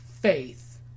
faith